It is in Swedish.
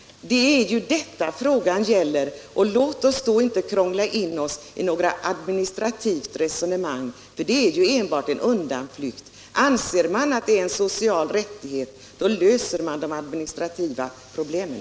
Det är ju detta frågan gäller. Låt oss då inte krångla in oss i något administrativt resonemang, för det är ju enbart en undanflykt. Anser man att retroaktivt tillägg är en social rättighet, då löser man de administrativa problemen.